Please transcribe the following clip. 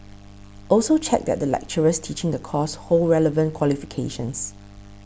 also check that the lecturers teaching the course hold relevant qualifications